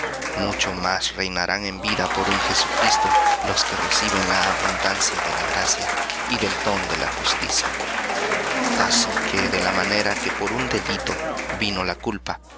mucho más reinarán en vida por un jesucristo los que reciben la abundancia de la gracia y del don de la justicia así que de la manera que por un delito á